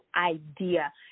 idea